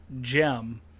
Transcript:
gem